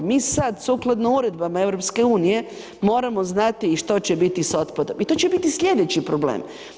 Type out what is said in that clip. Mi sad sukladno uredbama EU-a moramo znati i što će biti sa otpadom i to će biti slijedeći problem.